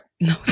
no